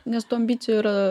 nes tų ambicijų yra